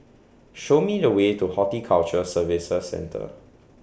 Show Me The Way to Horticulture Services Centre